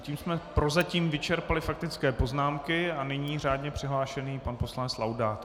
Tím jsme prozatím vyčerpali faktické poznámky a nyní řádně přihlášený pan poslanec Laudát.